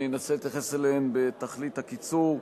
אני אנסה להתייחס אליהן בתכלית הקיצור.